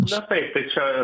na taip tai čia